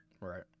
Right